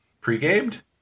Pre-gamed